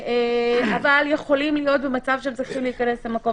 אבל יכולים להיות במצב שהם צריכים להיכנס למקום.